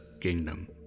kingdom